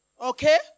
Okay